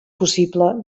possible